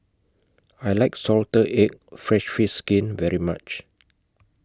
I like Salted Egg Fried Fish Skin very much